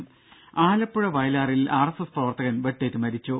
രും ആലപ്പുഴ വയലാറിൽ R S S പ്രവർത്തകൻ വെട്ടേറ്റു മരിച്ചു